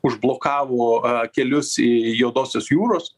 užblokavo a kelius į juodosios jūros